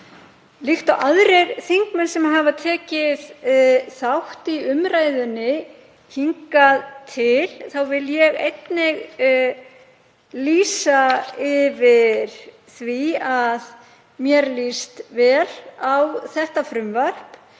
Líkt og aðrir þingmenn sem hafa tekið þátt í umræðunni hingað til þá vil ég einnig lýsa yfir því að mér líst vel á þetta frumvarp.